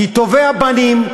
כי טובי הבנים,